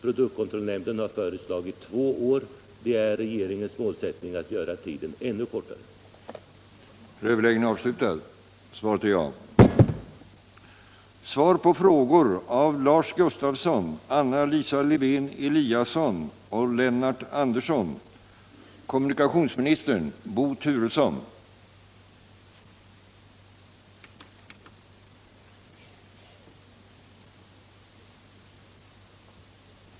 Produktkontrollnämnden har föreslagit två år. Det är regeringens målsättning att göra övergångstiden ännu kortare.